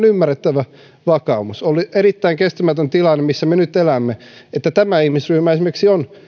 ymmärrettävä vakaumus on ollut erittäin kestämätön tilanne missä me nyt elämme että esimerkiksi tämä ihmisryhmä on